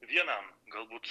vienam galbūt